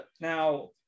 Now